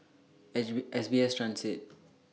S B S Transit